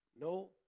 No